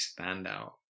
standout